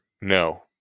No